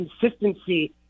consistency